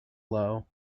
low